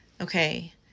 Okay